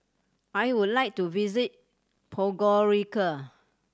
I would like to visit Podgorica